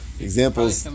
examples